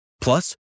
Plus